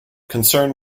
concern